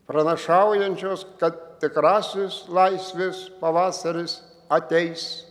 pranašaujančios kad tikrasis laisvės pavasaris ateis